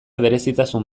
berezitasun